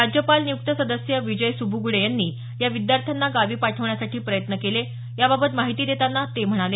राज्यपाल नियुक्त सदस्य विजय सुबूगडे यांनी या विद्यार्थ्यांना गावी पाठवण्यासाठी प्रयत्न केली याबाबत माहिती देताना ते म्हणाले